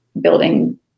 building